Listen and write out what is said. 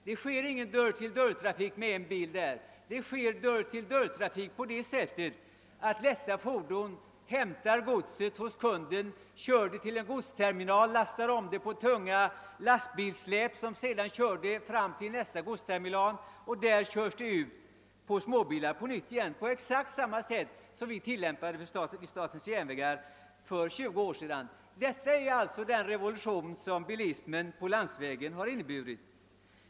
Det bedrivs ingen dörr-till-dörr-trafik med en och samma bil, utan systemet innebär att lätta fordon hämtar godset hos kunderna och kör det till en godsterminal, där det lastas om till tunga lastbilssläp, på vilka det sedan förs fram till nästa godsterminal för att därifrån köras ut med småbilar. Det är uppenbarligen samma metod som började tillämpas vid statens järnvägar för snart 20 år sedan. Detta är alltså den »revolution« som bilismen på landsvägen har inneburit.